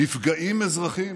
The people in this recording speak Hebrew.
נפגעים אזרחים.